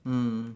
mm